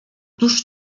któż